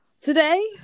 Today